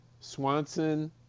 Swanson